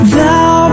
Thou